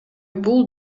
бул